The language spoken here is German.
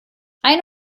ein